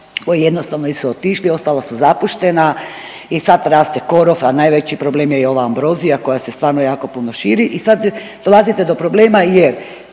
koji jednostavno su otišli, ostala su zapuštena i sad raste korov, a najveći problem je i ova ambrozija koja se stvarno jako puno širi i sad dolazite do problema jer